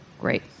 great